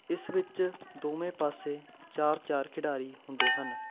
ਇਸ ਵਿੱਚ ਦੋਵੇਂ ਪਾਸੇ ਚਾਰ ਚਾਰ ਖਿਡਾਰੀ ਹੁੰਦੇ ਹਨ